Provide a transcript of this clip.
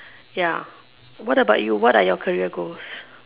ya what about you what are your career goals